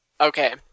Okay